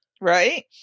right